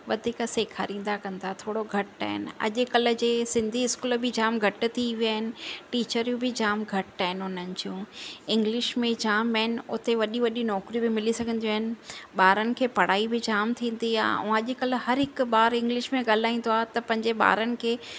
वधीक सेखारींदा कंदा थोरो घटि आहिनि अॼुकल्ह जे सिंधी स्कूल बि जाम घटि थी विया आहिनि टीचरियूं बि जाम घटि आहिनि उन्हनि जूं इंग्लिश में जाम मेन उते वॾी वॾी नौकिरियूं बि मिली सघंदियूं आहिनि ॿारनि खे पढ़ाई बि जाम थींदी आहे ऐं अॼुकल्ह हर हिकु ॿार इंग्लिश में ॻाल्हाईंदो आहे त पंहिंजे ॿारनि खे